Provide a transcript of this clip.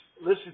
Listen